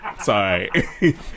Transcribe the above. Sorry